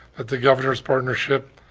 that the governor's partnership,